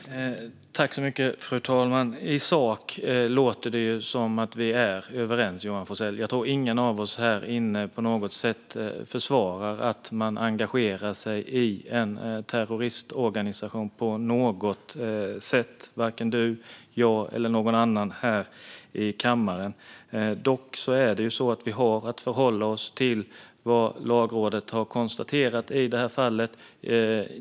Fru talman! I sak låter det som att Johan Forsell och jag är överens. Jag tror inte att någon av oss här inne - varken du, Johan Forsell, jag eller någon annan här i kammaren - på något sätt försvarar att man engagerar sig i en terroristorganisation på något sätt. Dock är det ju så att vi har att förhålla oss till vad Lagrådet har konstaterat i detta fall.